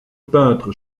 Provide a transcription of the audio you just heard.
peintre